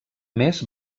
més